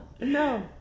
no